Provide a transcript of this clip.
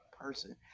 person